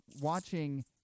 watching